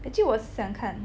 actually 我想看